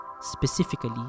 specifically